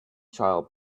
child